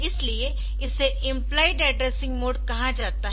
इसलिए इसे implied addressing mode कहा जाता है